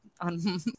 on